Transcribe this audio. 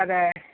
അതെ